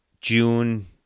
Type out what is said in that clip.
June